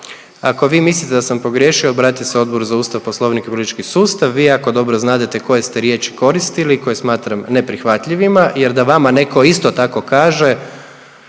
ako vi mislite da sam pogriješio, obratite se Odboru za Ustav, Poslovnik i politički sustav, vi jako dobro znadete koje ste riječi koristili koje smatram neprihvatljivima jer da vama netko isto tako kaže,